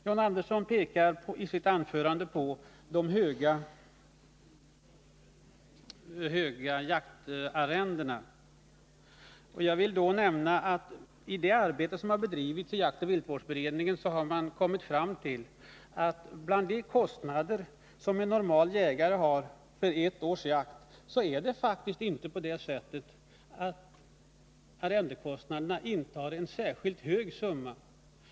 John Andersson pekar i sitt anförande på de höga jaktarrendena. Jag vill då nämna att i det arbete som har bedrivits i jaktoch viltvårdsberedningen har man kommit fram till att bland de kostnader som en normal jägare har för ett års jakt utgör arrendekostnaderna inte någon särskilt stor del.